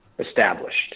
established